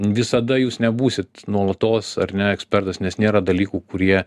visada jūs nebūsit nuolatos ar ne ekspertas nes nėra dalykų kurie